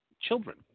children